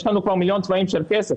יש לנו פה מיליון צבעים של כסף,